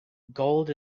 gold